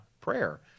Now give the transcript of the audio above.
prayer